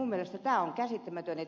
minun mielestäni tämä on käsittämätöntä